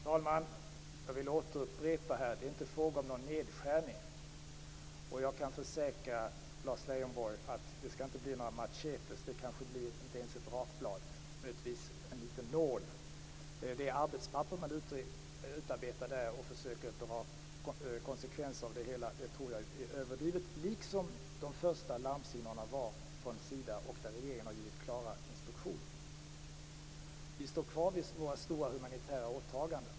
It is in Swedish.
Fru talman! Jag vill återupprepa att det inte är fråga om någon nedskärning. Jag kan försäkra Lars Leijonborg att det inte skall bli några macheter. Det blir kanske inte ens ett rakblad - möjligtvis en liten nål. Det arbetspapper man utarbetar där och de konsekvenser man försöker dra tror jag är överdrivna, liksom de första larmsignalerna från Sida var. Regeringen har givit klara instruktioner. Vi står kvar vid våra stora humanitära åtaganden.